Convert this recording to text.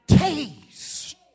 Taste